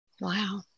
Wow